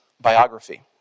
biography